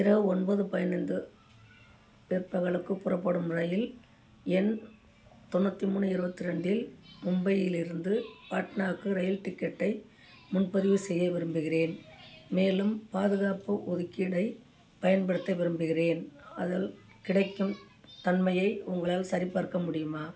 இரவு ஒன்பது பதினைந்து பிற்பகலுக்குப் புறப்படும் ரயில் எண் தொண்ணூற்றி மூணு இருபத்து ரெண்டில் மும்பையிலிருந்து பாட்னாக்கு ரயில் டிக்கெட்டை முன்பதிவு செய்ய விரும்புகின்றேன் மேலும் பாதுகாப்பு ஒதுக்கீடைப் பயன்படுத்த விரும்புகின்றேன் அதன் கிடைக்கும் தன்மையை உங்களால் சரிபார்க்க முடியுமா